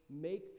make